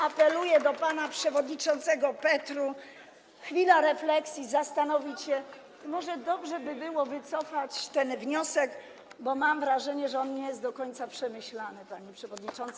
Apeluję do pana przewodniczącego Petru: chwila refleksji, zastanowić się, może dobrze by było wycofać ten wniosek, bo mam wrażenie, że nie jest do końca przemyślany, panie przewodniczący.